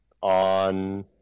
on